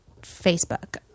Facebook